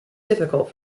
difficult